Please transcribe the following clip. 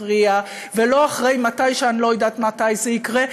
תכריע ולא מתי שאני לא יודעת מתי זה יקרה,